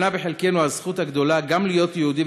נפלה בחלקנו הזכות הגדולה להיות גם "יהודי